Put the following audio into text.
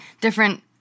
different